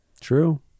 True